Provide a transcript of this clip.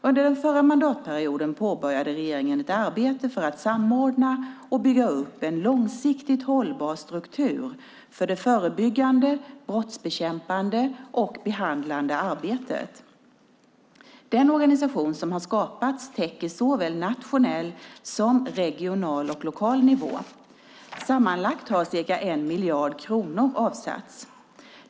Under den förra mandatperioden påbörjade regeringen ett arbete för att samordna och bygga upp en långsiktigt hållbar struktur för det förebyggande, brottsbekämpande och behandlande arbetet. Den organisation som har skapats täcker såväl nationell som regional och lokal nivå. Sammanlagt har cirka en miljard kronor avsatts.